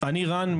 אני רן,